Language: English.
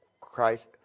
Christ